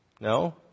No